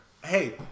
Hey